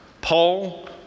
Paul